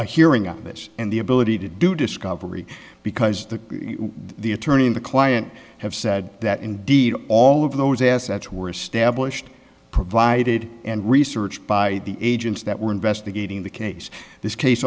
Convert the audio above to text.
a hearing on this and the ability to do discovery because the the attorney and the client have said that indeed all of those assets were established provided and research by the agents that were investigating the case this case